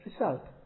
result